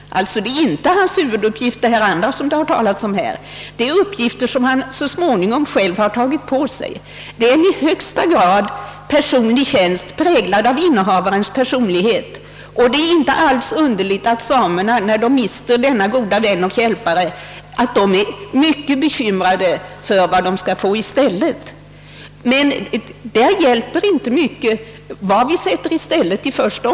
Allt det andra som det har talats om i debatten är uppgifter som han så småningom själv tagit på sig. Det är en i högsta grad personlig tjänst, präglad av innehavarens personlighet, och det är inte alls underligt att samerna när de mister denne gode vän och hjälpare är mycket bekymrade för vad de skall få i stället.